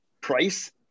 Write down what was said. Price